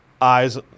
eyes